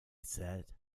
said